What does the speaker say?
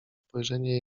spojrzenie